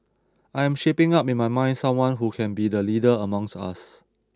I am shaping up in my mind someone who can be the leader amongst us